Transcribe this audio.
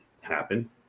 happen